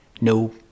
No